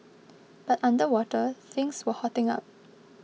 but underwater things were hotting up